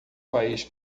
país